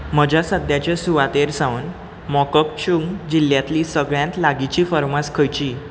म्हज्या सद्याच्या सुवातेर सावन मोकोकचुंग जिल्ल्यांतली सगळ्यांत लागींची फार्मास खंयची